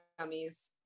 gummies